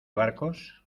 barcos